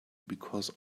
because